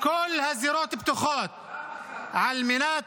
כל הזירות פתוחות ----- לא למחבלים ----- על מנת